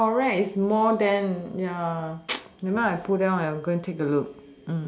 correct it's more then ya never mind I pull down I go and take a look